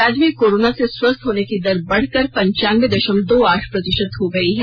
राज्य में कोरोना से स्वस्थ होने की दर बढ़कर पंचान्य्बे दशमलव दो आठ प्रतिशत हो गई है